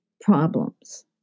problems